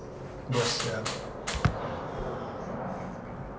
yes ya